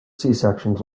sections